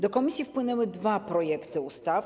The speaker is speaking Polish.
Do komisji wpłynęły dwa projekty ustaw.